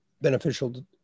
beneficial